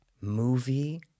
movie